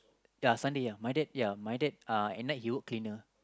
ya Sunday ya my dad ya my dad uh at night he work cleaner